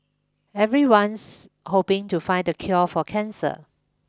everyone's hoping to find the cure for cancer